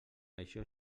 això